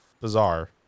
bizarre